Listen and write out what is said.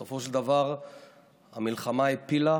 בסופו של דבר המלחמה הפילה